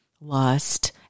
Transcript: lust